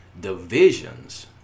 divisions